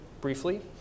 briefly